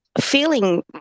feeling